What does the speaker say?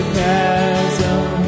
chasm